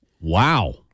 Wow